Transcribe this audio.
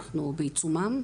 אנחנו בעיצומם.